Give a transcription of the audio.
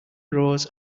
rose